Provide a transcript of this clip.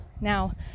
Now